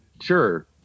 sure